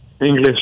English